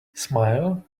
smile